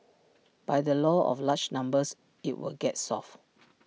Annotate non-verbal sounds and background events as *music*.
by the law of large numbers IT will get solved *noise*